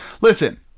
Listen